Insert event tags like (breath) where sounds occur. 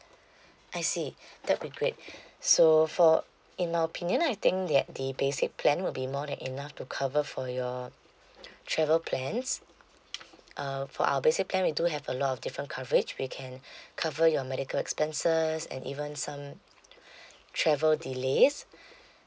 I see (breath) that'd great so for in my opinion I think that the basic plan will be more than enough to cover for your (breath) travel plans (breath) uh for our basic plan we do have a lot of different coverage we can (breath) cover your medical expenses and even some (breath) travel delays (breath)